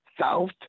south